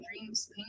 dreams